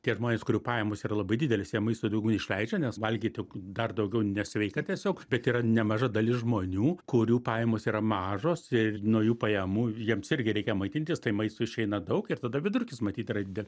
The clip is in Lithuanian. tie žmonės kurių pajamos yra labai didelės jie maistui daugiau išleidžia nes valgyti dar daugiau nesveika tiesiog bet yra nemaža dalis žmonių kurių pajamos yra mažos ir nuo jų pajamų jiems irgi reikia maitintis tai maistui išeina daug ir tada vidurkis matyt yra dide